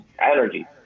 energy